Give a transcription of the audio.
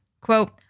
quote